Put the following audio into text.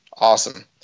Awesome